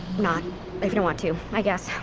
not. if you don't want to, i guess.